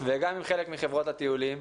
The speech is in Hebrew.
וגם עם חלק מחברות הטיולים.